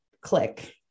click